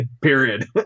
Period